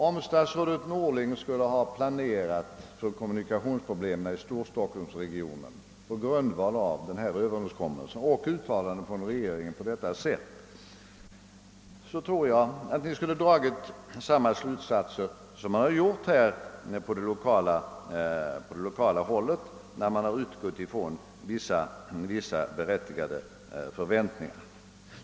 Om statsrådet Norling skulle ha planerat för kommunikationerna i Storstockholmsregionen på grundval av denna överenskommelse och detta uttalande från regeringen, tror jag att Ni skulle ha dragit samma slutsatser som man gjort på lokalt håll när man utgått från vissa berättigade förväntningar.